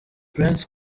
prince